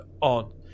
on